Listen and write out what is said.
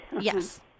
Yes